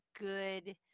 good